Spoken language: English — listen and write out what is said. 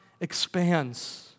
expands